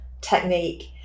technique